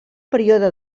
període